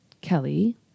Kelly –